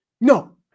no